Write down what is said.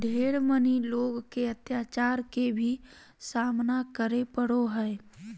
ढेर मनी लोग के अत्याचार के भी सामना करे पड़ो हय